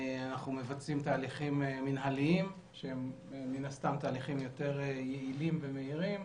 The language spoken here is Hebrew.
אנחנו מבצעים תהליכים מנהליים שהם תהליכים יותר יעילים ומהירים.